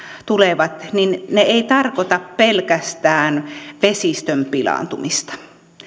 tulevat eivät tarkoita pelkästään vesistön pilaantumista